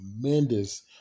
tremendous